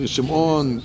Shimon